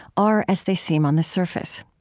are as they seem on the surface.